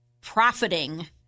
profiting